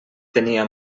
tenia